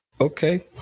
okay